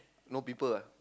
no people ah